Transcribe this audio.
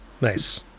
nice